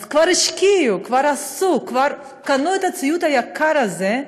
כבר השקיעו, כבר עשו, כבר קנו את הציוד היקר הזה,